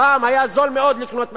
פעם היה זול מאוד לקנות מהמינהל,